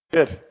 Good